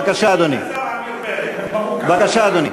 בבקשה, אדוני.